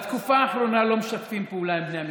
בתקופה האחרונה לא משתפים פעולה עם בני המשפחות,